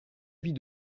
vis